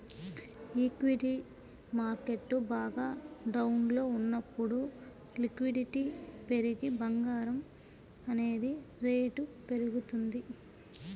equity market బాగా డౌన్లో ఉన్నప్పుడు లిక్విడిటీ పెరిగి బంగారం అనేది రేటు పెరుగుతుంది